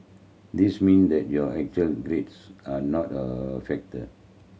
this means that your actual grades are not a factor